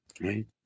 right